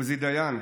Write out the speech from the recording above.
עוזי דיין,